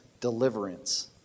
deliverance